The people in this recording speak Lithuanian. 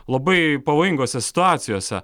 labai pavojingose situacijose